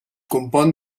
compon